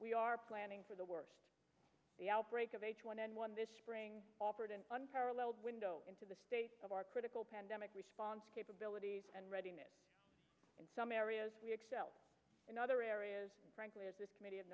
we are planning for the worst the outbreak of h one n one this spring offered an unparalleled window into the state of our critical pandemic response capabilities and reading it in some areas we excel in other areas frankly as this com